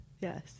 yes